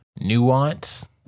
nuance